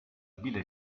bile